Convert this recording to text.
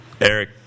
Eric